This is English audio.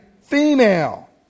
female